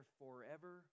forever